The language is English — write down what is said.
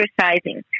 exercising